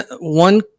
one